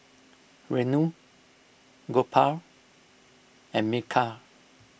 Renu Gopal and Milkha